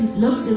no